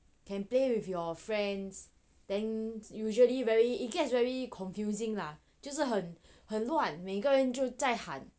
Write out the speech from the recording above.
can play with your friends then usually very gets very confusing 啦就是很很乱每个人就在喊